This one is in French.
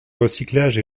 recyclage